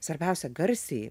svarbiausia garsiai